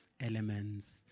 elements